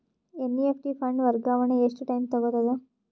NEFT fund ವರ್ಗಾವಣೆ ಎಷ್ಟ time ತೋಗೊತದ?